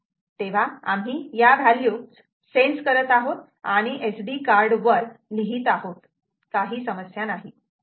तेव्हा आम्ही या व्हॅल्यूज सेन्स करत आहोत आणि SD कार्ड वर लिहीत आहोत काही समस्या नाही